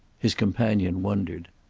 his companion wondered.